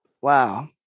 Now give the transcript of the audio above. wow